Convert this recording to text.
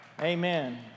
Amen